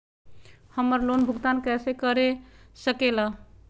हम्मर लोन भुगतान कैसे कर सके ला?